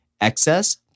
excess